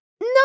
No